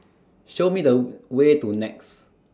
Show Me The Way to Nex